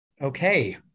okay